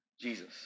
Jesus